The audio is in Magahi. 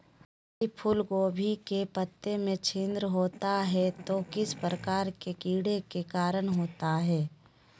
यदि फूलगोभी के पत्ता में छिद्र होता है तो किस प्रकार के कीड़ा के कारण होता है?